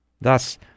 Thus